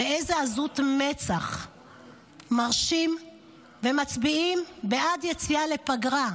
באיזו עזות מצח הם מרשים ומצביעים בעד יציאה לפגרה?